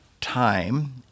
time